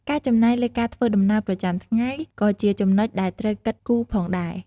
ការចំណាយលើការធ្វើដំណើរប្រចាំថ្ងៃ ក៏ជាចំណុចដែលត្រូវគិតគូរផងដែរ។